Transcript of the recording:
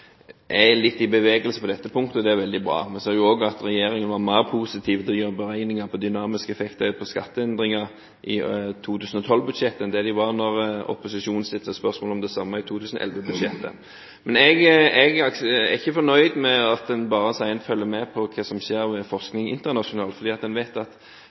er mer positiv til å gjøre beregninger av dynamiske effekter ved skatteendringer i 2012-budsjettet enn det de var da opposisjonen stilte spørsmål om det samme i forbindelse med 2011-budsjettet. Men jeg er ikke fornøyd med at en bare sier at en følger med på hva som skjer når det gjelder forskning internasjonalt, fordi en vet at